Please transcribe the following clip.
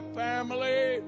family